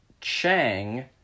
Chang